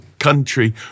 country